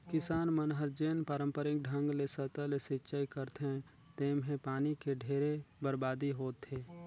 किसान मन हर जेन पांरपरिक ढंग ले सतह ले सिचई करथे तेम्हे पानी के ढेरे बरबादी होथे